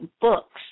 books